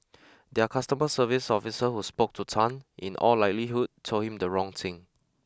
their customer service officer who spoke to Tan in all likelihood told him the wrong thing